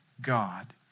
God